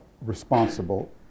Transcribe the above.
responsible